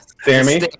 Sammy